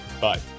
Bye